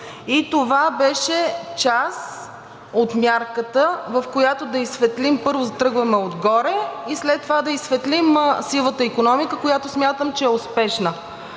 и това беше част от мярката, с която първо тръгваме отгоре и след това да изсветлим сивата икономика, която смятам, че е успешна.